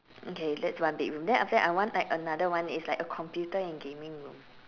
okay that's one bedroom then after that I want another one is like a computer and gaming room